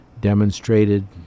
demonstrated